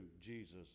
Jesus